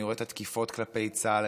אני רואה את התקיפות כלפי צה"ל.